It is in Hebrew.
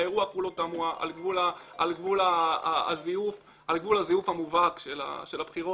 האירוע כולו תמוה על גבול הזיוף המובהק של הבחירות.